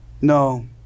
No